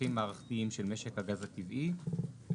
וצרכים מערכתיים של משק הגז הטבעי ותשלומים